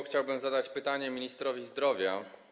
Chciałbym zadać pytanie ministrowi zdrowia.